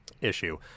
issue